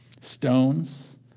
stones